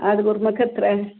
ആട് കുറുമയ്ക്ക് എത്രയാണ്